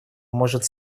может